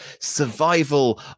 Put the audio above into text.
survival